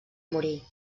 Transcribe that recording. morir